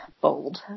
Bold